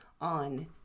on